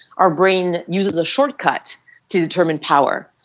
our brain uses a shortcut to determine power.